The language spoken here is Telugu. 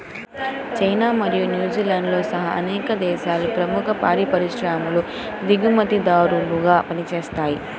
చైనా మరియు న్యూజిలాండ్తో సహా అనేక దేశాలలో ప్రముఖ పాడి పరిశ్రమలు దిగుమతిదారులుగా పనిచేస్తున్నయ్